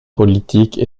politique